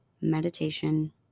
meditation